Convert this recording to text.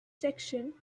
section